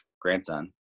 grandson